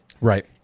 Right